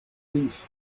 beasts